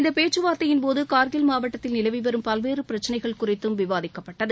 இந்தப் பேச்சுவார்த்தையின்போது கார்கில் மாவட்டத்தில் நிலவி வரும் பல்வேறு பிரச்சனைகள் குறித்தும் விவாதிக்கப்பட்டது